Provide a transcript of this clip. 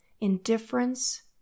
indifference